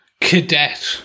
cadet